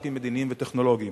שת"פים מדיניים וטכנולוגיים.